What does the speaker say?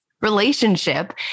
relationship